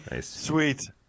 Sweet